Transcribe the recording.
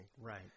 Right